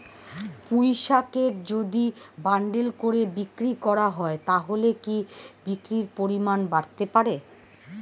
পুঁইশাকের যদি বান্ডিল করে বিক্রি করা হয় তাহলে কি বিক্রির পরিমাণ বাড়তে পারে?